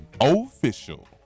Official